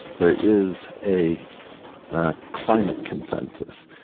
there is a climate consensus.